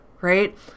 right